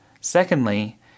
Secondly